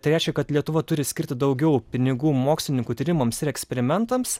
tai reiškia kad lietuva turi skirti daugiau pinigų mokslininkų tyrimams ir eksperimentams